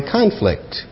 conflict